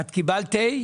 אדוני היושב-ראש,